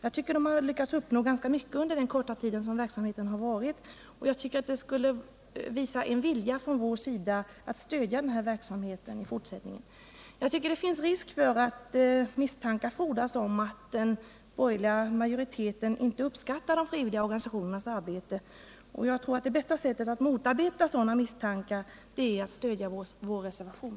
De har lyckats uppnå ganska mycket under den korta tid som verksamheten har pågått, och det skulle visa en vilja från vår sida att stödja denna verksamhet i fortsättningen. Det finns risk för att misstankar frodas om att den borgerliga majoriteten inte uppskattar de frivilliga organisationernas arbete, och jag tror det bästa sättet att motarbeta sådana misstankar är att stödja vår reservation.